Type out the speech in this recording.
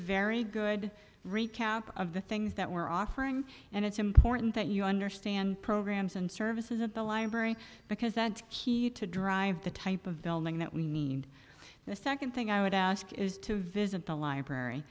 very good recap of the things that we're offering and it's important that you understand programs and services at the library because that's key to drive the type of building that we need the second thing i would ask is to visit the library